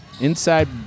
Inside